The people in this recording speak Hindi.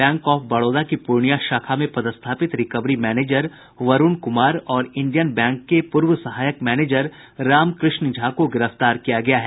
बैंक ऑफ बड़ौदा की पूर्णिया शाखा में पदस्थापित रिकवरी मैनेजर वरूण कुमार और इंडियन बैंक के पूर्व सहायक मैनेजर रामकृष्ण झा को गिरफ्तार किया गया है